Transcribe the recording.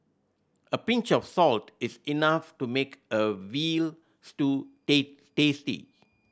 a pinch of salt is enough to make a veal stew tasty